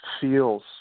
feels